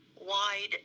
wide